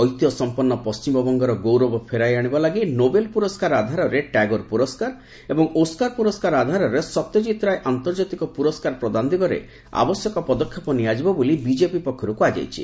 ଐତିହ୍ୟ ସମ୍ପନ୍ନ ପଣ୍ଟିମବଙ୍ଗର ଗୌରବ ଫେରାଇ ଆଶିବା ଲାଗି ନୋବେଲ ପୁରସ୍କାର ଆଧାରରେ ଟାଗୋର ପୁରସ୍କାର ଏବଂ ଓସ୍କାର ପୁରସ୍କାର ଆଧାରରେ ସତ୍ୟଜିତ ରାୟ ଆନ୍ତର୍ଜାତୀୟ ପୁରସ୍କାର ପ୍ରଦାନ ଦିଗରେ ଆବଶ୍ୟକ ପଦକ୍ଷେପ ନିଆଯିବ ବୋଲି ବିଜେପି ପକ୍ଷର୍ତ କୁହାଯାଇଛି